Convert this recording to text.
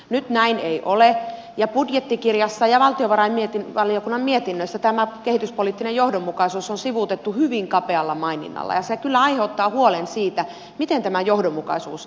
nyt näin ei ole ja budjettikirjassa ja valtiovarainvaliokunnan mietinnössä tämä kehityspoliittinen johdonmukaisuus on sivuutettu hyvin kapealla maininnalla ja se kyllä aiheuttaa huolen siitä miten tämä johdonmukaisuus jakselee